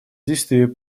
действий